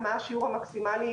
כמו שאמר היועץ המשפטי,